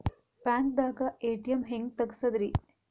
ಬ್ಯಾಂಕ್ದಾಗ ಎ.ಟಿ.ಎಂ ಹೆಂಗ್ ತಗಸದ್ರಿ?